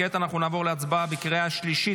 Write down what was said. כעת אנחנו נעבור להצבעה בקריאה השלישית